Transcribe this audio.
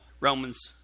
Romans